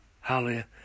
hallelujah